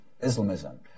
islamism